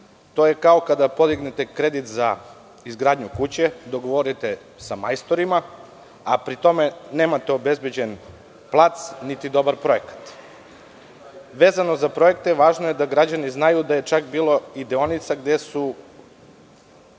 to je kao kada podignete kredit za izgradnju kuće, dogovorite se sa majstorima, a pri tome nemate obezbeđen plac, niti dobar projekat. Vezano za projekte, važno je da građani znaju da je čak bilo deonica koje su